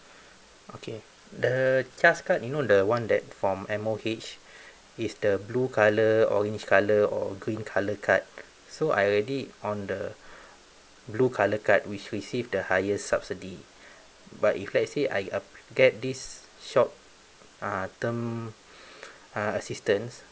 okay the trust card you know the one that from M_O_H is the blue colour orange colour or green colour card so I already on the blue colour card which receive the highest subsidy but if let's say I uh get this short uh term uh assistance